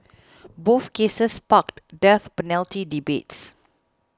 both cases sparked death penalty debates